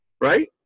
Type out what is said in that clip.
Right